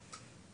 אוקי.